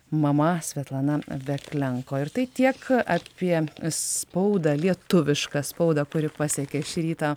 mama svetlana veklenko ir tai tiek apie spaudą lietuvišką spaudą kuri pasiekė šį rytą